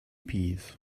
peas